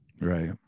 right